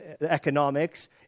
economics